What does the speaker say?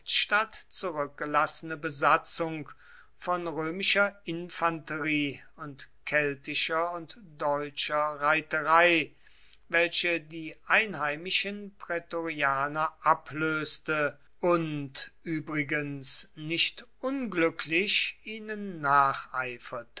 hauptstadt zurückgelassene besatzung von römischer infanterie und keltischer und deutscher reiterei welche die einheimischen prätorianer ablöste und übrigens nicht unglücklich ihnen